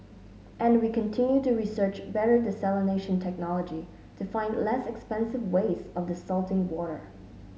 and we continue to research better desalination technology to find less expensive ways of desalting water